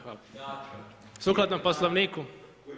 Hvala, sukladno Poslovniku.